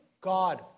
God